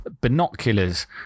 binoculars